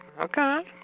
Okay